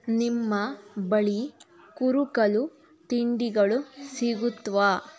ನಿಮ್ಮ ಬಳಿ ಕುರುಕಲು ತಿಂಡಿಗಳು ಸಿಗುತ್ತವಾ